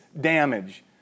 damage